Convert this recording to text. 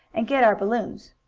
and get our balloons.